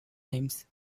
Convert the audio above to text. names